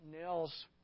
nails